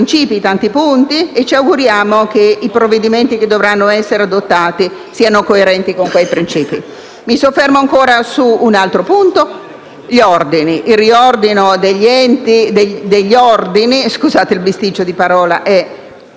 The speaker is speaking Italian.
tanti punti, e ci auguriamo che i provvedimenti che dovranno essere adottati siano coerenti con quei principi. Mi soffermo ancora su un altro punto: il riordino degli ordini - scusate il bisticcio di parole -